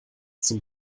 zum